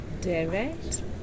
direct